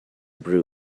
brew